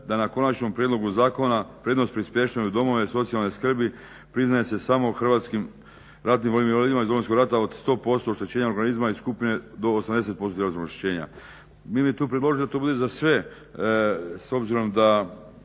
da na konačnom prijedlogu zakona prednost pri smještaju u domove socijalne skrbi priznaje se samo hrvatskim ratnim invalidima Domovinskog rata da od 100% oštećenja organizma i skuplje je do 80% tjelesnog oštećenja. Mi bi tu predložili da to bude za sve s obzirom da